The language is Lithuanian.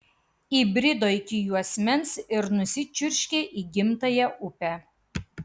įbrido iki juosmens ir nusičiurškė į gimtąją upę